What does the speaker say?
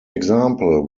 example